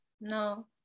No